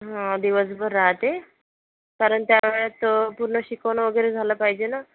दिवसभर राहते कारण त्या वेळेत पूर्ण शिकवून वगैरे झालं पाहिजे ना